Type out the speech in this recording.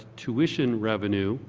tuition revenue,